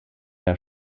der